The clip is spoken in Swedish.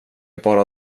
bara